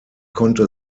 konnte